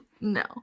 no